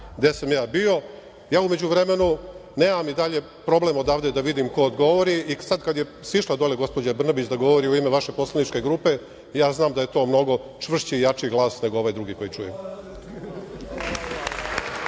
gde sam bio. U međuvremenu nemam i dalje problem odavde da vidim ko govori i sada kada je sišla dole gospođa Brnabić da govori u ime vaše poslaničke grupe, znam da je to mnogo čvršći i jači glas nego ovaj drugi koji čujem.